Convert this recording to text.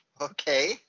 Okay